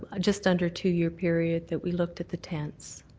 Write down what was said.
ah just under two-year period that we looked at the tents.